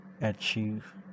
achieve